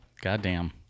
Goddamn